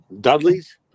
Dudleys